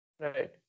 right